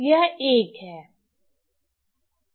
यह 1 है